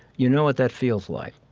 you know what that feels like.